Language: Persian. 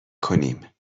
کنیم